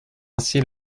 ainsi